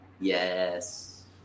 Yes